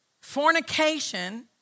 fornication